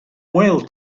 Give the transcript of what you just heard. whale